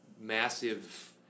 massive